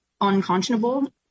unconscionable